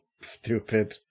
stupid